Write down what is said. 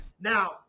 Now